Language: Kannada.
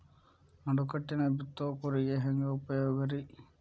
ನಡುಕಟ್ಟಿನ ಬಿತ್ತುವ ಕೂರಿಗೆ ಹೆಂಗ್ ಉಪಯೋಗ ರಿ?